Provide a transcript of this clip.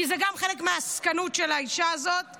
כי גם זה חלק מהעסקנות של האישה הזאת.